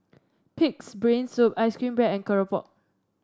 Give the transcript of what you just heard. pig's brain soup ice cream bread and keropok